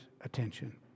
attention